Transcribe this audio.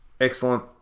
excellent